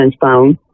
phone